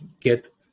get